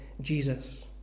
Jesus